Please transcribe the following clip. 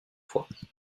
fois